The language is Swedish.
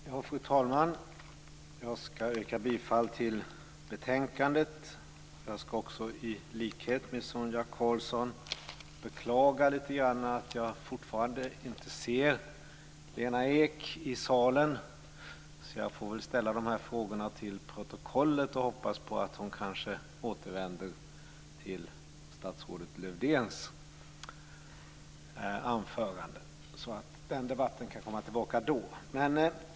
Fru talman! Jag ska yrka bifall till förslaget i betänkandet. Jag ska i likhet med Sonia Karlsson beklaga att jag fortfarande inte ser Lena Ek i salen. Jag får ställa frågorna till protokollet och hoppas på att hon återvänder till statsrådet Lövdéns anförande. Den debatten kan tas då.